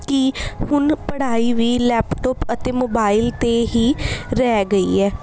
ਕਿ ਹੁਣ ਪੜ੍ਹਾਈ ਵੀ ਲੈਪਟੋਪ ਅਤੇ ਮੋਬਾਇਲ 'ਤੇ ਹੀ ਰਹਿ ਗਈ ਹੈ